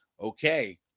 Okay